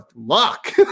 luck